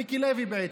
מיקי לוי, בעצם.